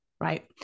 Right